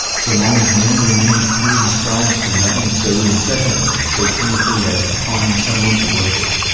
so long as man remains free he strives for nothing so incessantly and so painfully as to find someone to worship.